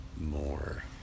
more